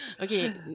Okay